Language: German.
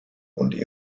und